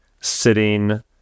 sitting